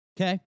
okay